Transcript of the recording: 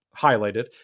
highlighted